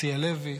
הרצי הלוי,